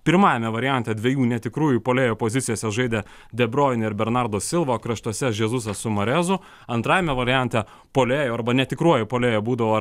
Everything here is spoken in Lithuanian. pirmajame variante dviejų netikrųjų puolėjo pozicijose žaidę de bruyne ir bernardo silva kraštuose žesusas su marezu antrajame variante puolėju arba netikruoju puolėju būdavo